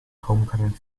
homecoming